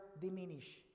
diminish